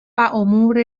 امور